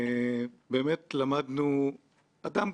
דבר ראשון: המסקנות האישיות